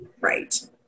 Right